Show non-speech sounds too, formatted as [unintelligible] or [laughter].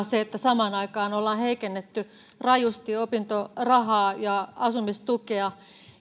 [unintelligible] se että samaan aikaan ollaan heikennetty rajusti opintorahaa ja asumistukea